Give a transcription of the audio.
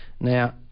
Now